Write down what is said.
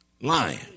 lying